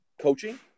coaching